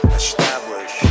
establish